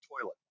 toilet